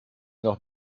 noch